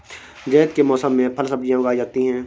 ज़ैद के मौसम में फल सब्ज़ियाँ उगाई जाती हैं